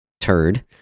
turd